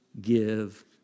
Give